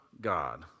God